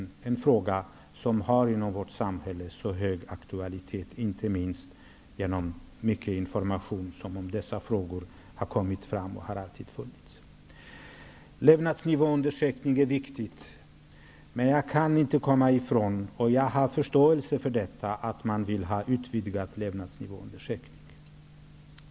Det är en fråga som i vårt samhälle har hög aktualitet, inte minst genom mycket information som har kommit fram och alltid har funnits i denna fråga. Det är mycket viktigt med levnadsnivåundersökningar, och jag har förståelse för att man vill ha en utvidgad levnadsnivåundersökning.